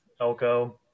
Elko